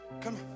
Come